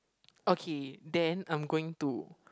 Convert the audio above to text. okay then I'm going to